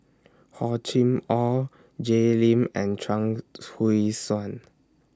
Hor Chim Or Jay Lim and Chuang Hui Tsuan